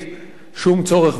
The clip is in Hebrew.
שום צורך ושום טעם.